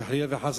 שחלילה וחס,